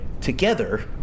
together